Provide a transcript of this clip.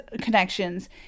connections